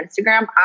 Instagram